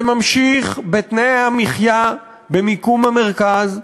זה ממשיך בתנאי המחיה, במיקום המרכז,